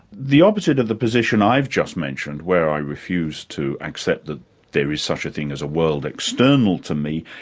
the opposite of the position i've just mentioned, where i refuse to accept that there is such a thing as a world external to me,